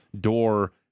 Door